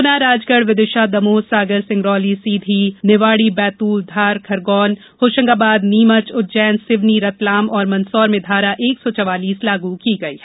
गुना राजगढ़ विदिशा दमोह सागर सिंगरौली सीधी निवाड़ी बैंतूल धार खरगौन होशंगाबाद नीमच उज्जैनसिवनी रतलाम और मंदसौर में धारा एक सौ चवालीस लागू की गई है